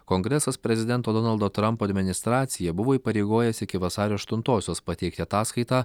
kongresas prezidento donaldo trampo administraciją buvo įpareigojęs iki vasario aštuntosios pateikti ataskaitą